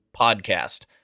podcast